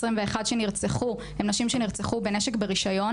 שנרצחו הן נשים שנרצחו בנשק ברישיון.